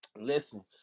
listen